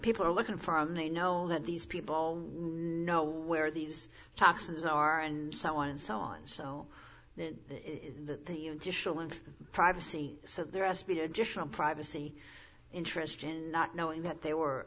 people are looking for him they know that these people know where these toxins are and so on and so on so that the additional and privacy so there has to be additional privacy interest in not knowing that they were